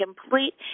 complete